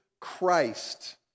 Christ